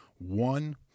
one